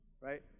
right